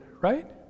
right